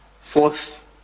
Fourth